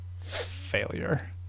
failure